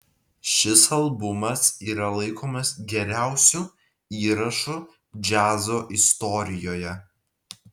šis albumas yra laikomas geriausiu įrašu džiazo istorijoje